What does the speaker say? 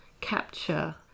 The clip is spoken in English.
capture